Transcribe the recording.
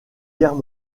guerres